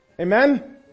Amen